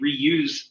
reuse